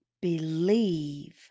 believe